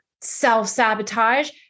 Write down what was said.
self-sabotage